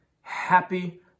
Happy